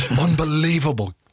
Unbelievable